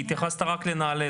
התייחסתי כרגע לנעל"ה,